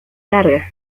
larga